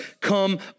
come